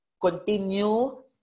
continue